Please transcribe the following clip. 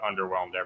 underwhelmed